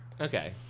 Okay